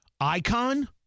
Icon